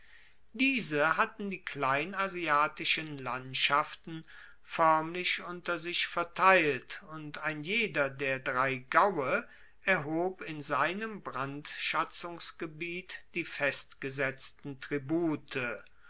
diese hatten die kleinasiatischen landschaften foermlich unter sich verteilt und ein jeder der drei gaue erhob in seinem brandschatzungsgebiet die festgesetzten tribute